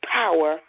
power